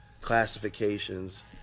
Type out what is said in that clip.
classifications